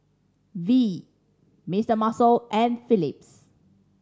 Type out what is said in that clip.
V Mister Muscle and Philips